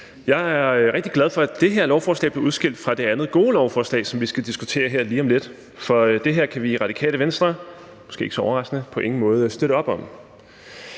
Jeg er rigtig glad for, at det her lovforslag blev udskilt fra det andet, gode lovforslag, som vi skal diskutere her lige om lidt, for det her kan vi i Radikale Venstre måske ikke så overraskende på ingen måde støtte op om.